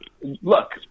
look